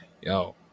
Yo